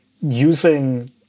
using